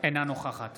אינה נוכחת